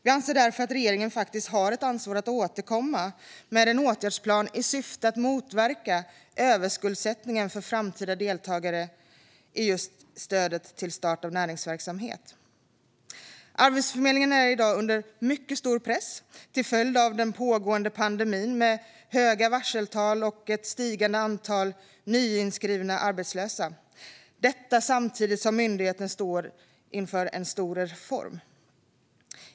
Vi anser därför att regeringen faktiskt har ett ansvar att återkomma med en åtgärdsplan i syfte att motverka överskuldsättningen för framtida deltagare i programmet Stöd till start av näringsverksamhet. Arbetsförmedlingen är i dag under en mycket stor press till följd av den pågående pandemin med höga varseltal och ett stigande antal nyinskrivna arbetslösa, detta samtidigt som myndigheten står inför en stor reform.